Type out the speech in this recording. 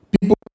people